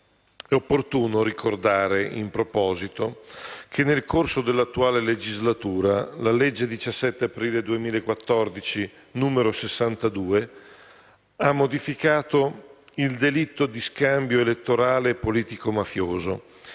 È opportuno ricordare in proposito che, nel corso dell'attuale legislatura, la legge del 17 aprile 2014, n. 62, ha modificato il delitto di scambio elettorale politico-mafioso,